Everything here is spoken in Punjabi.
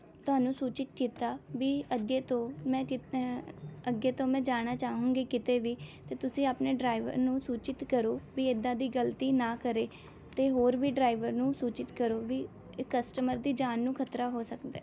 ਤੁਹਾਨੂੰ ਸੂਚਿਤ ਕੀਤਾ ਵੀ ਅੱਗੇ ਤੋਂ ਮੈਂ ਅੱਗੇ ਤੋਂ ਮੈਂ ਜਾਣਾ ਚਾਹੂੰਗੀ ਕਿਤੇ ਵੀ ਅਤੇ ਤੁਸੀਂ ਆਪਣੇ ਡਰਾਈਵਰ ਨੂੰ ਸੂਚਿਤ ਕਰੋ ਵੀ ਇਦਾਂ ਦੀ ਗਲਤੀ ਨਾ ਕਰੇ ਅਤੇ ਹੋਰ ਵੀ ਡਰਾਈਵਰ ਨੂੰ ਸੂਚਿਤ ਕਰੋ ਵੀ ਕਸਟਮਰ ਦੀ ਜਾਨ ਨੂੰ ਖ਼ਤਰਾ ਹੋ ਸਕਦਾ